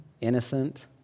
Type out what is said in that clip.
innocent